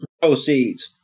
proceeds